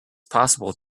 possible